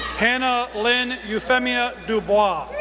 hannah lynn euphemia dubois,